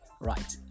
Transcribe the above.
right